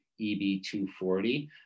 EB240